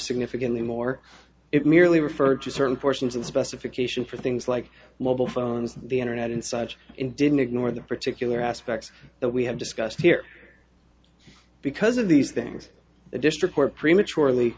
significantly more it merely referred to certain portions of the specification for things like mobile phones the internet and such and didn't ignore the particular aspects that we have discussed here because of these things the district court prematurely